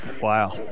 Wow